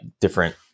different